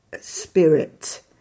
spirit